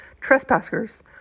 Trespassers